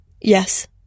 Yes